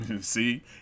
See